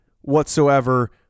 whatsoever